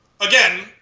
Again